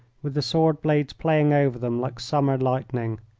with the sword-blades playing over them like summer lightning.